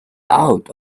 out